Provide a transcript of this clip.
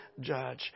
judge